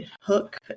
hook